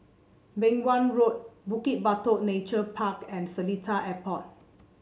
Beng Wan Road Bukit Batok Nature Park and Seletar Airport